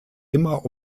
immer